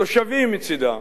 התושבים, מצדם,